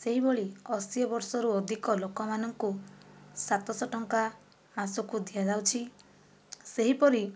ସେହିଭଳି ଅଶୀବର୍ଷରୁ ଅଧିକ ଲୋକମାନଙ୍କୁ ସାତଶହ ଟଙ୍କା ମାସକୁ ଦିଆଯାଉଛି ସେହିପରି